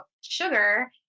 sugar